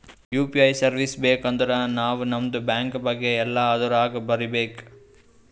you P I service ಬೇಕ್ ಅಂದರ್ ನಾವ್ ನಮ್ದು ಬ್ಯಾಂಕ ಬಗ್ಗೆ ಎಲ್ಲಾ ಅದುರಾಗ್ ಬರೀಬೇಕ್